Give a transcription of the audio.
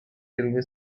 railway